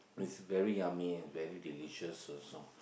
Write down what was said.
its very yummy and very delicious also